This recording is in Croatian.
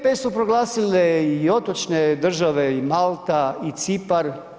IGP su proglasile i otočne države i Malta i Cipar.